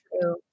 true